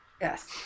Yes